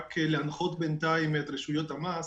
רק להנחות בינתיים את רשויות המס